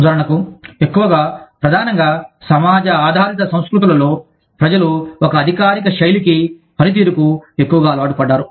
ఉదాహరణకు ఎక్కువగా ప్రధానంగా సమాజ ఆధారిత సంస్కృతులలో ప్రజలు ఒక అధికారిక శైలికి పనితీరుకు ఎక్కువగా అలవాటు పడ్డారు